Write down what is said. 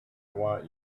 want